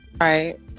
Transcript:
right